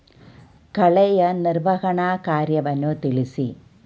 ಕಳೆಯ ನಿರ್ವಹಣಾ ಕಾರ್ಯವನ್ನು ತಿಳಿಸಿ?